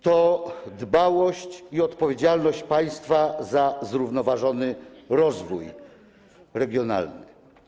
To dbałość i odpowiedzialność państwa za zrównoważony rozwój regionalny.